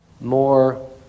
more